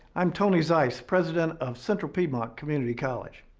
i'm tony zeiss, president of central piedmont community college.